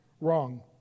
wrong